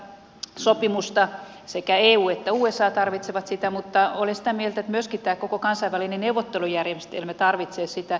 me tarvitsemme tätä sopimusta sekä eu että usa tarvitsee sitä mutta olen sitä mieltä että myöskin tämä koko kansainvälinen neuvottelujärjestelmä tarvitsee sitä